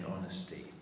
honesty